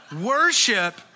worship